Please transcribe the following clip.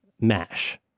MASH